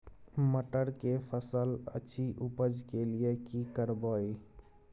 मटर के फसल अछि उपज के लिये की करबै?